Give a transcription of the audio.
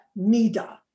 NIDA